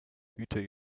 güter